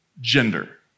gender